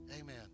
Amen